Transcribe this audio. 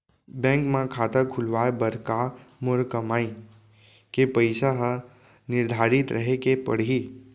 Bank म खाता खुलवाये बर का मोर कमाई के पइसा ह निर्धारित रहे के पड़ही?